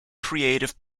creative